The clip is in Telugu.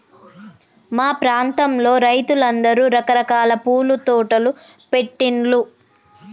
మా ప్రాంతంలో రైతులందరూ రకరకాల పూల తోటలు పెట్టిన్లు